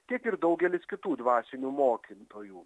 tiek ir daugelis kitų dvasinių mokytojų